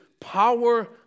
power